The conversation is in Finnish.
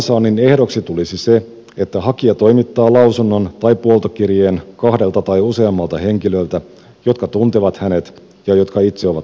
luvansaannin ehdoksi tulisi se että hakija toimittaa lausunnon tai puoltokirjeen kahdelta tai useammalta henkilöltä jotka tuntevat hänet ja jotka itse ovat aseluvan haltijoita